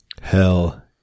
Hell